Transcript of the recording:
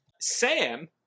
Sam